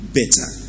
better